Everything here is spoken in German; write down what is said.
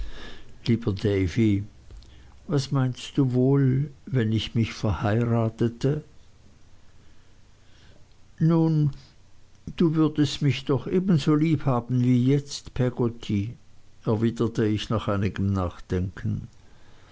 was meinst du wohl wenn ich mich verheiratete nun du würdest mich doch ebenso lieb haben wie jetzt peggotty erwiderte ich nach einigem nachdenken